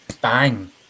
bang